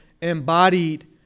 embodied